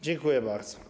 Dziękuję bardzo.